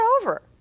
over